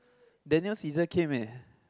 Daniel Cesar came eh